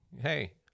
Hey